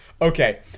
Okay